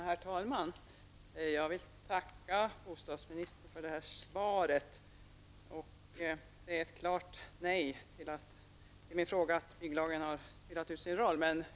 Herr talman! Jag vill tacka bostadsministern för svaret, som var ett klart nej på min fråga om planoch bygglagen har spelat ut sin roll.